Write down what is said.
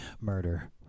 murder